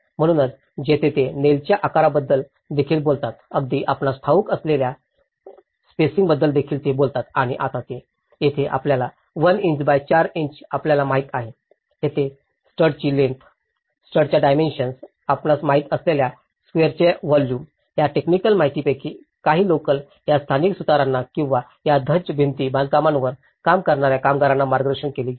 म्हणूनच येथे ते नेलच्या आकाराबद्दल देखील बोलतात अगदी आपणास ठाऊक असलेल्या स्पेसिंगबद्दल देखील ते बोलतात आणि आता येथे आपल्याला 1 इंच बाय 4 इंच आपल्याला माहिती आहे तेथे स्टडची लेंग्थ स्टडच्या डायमेन्शन आपणास माहित असलेल्या स्वेअरांचे व्हॉल्युम या टेक्निकल माहितीपैकी काही लोकल या स्थानिक सुतारांना किंवा या धज्ज भिंत बांधकामांवर काम करणाऱ्या कारागिरांना मार्गदर्शन केले गेले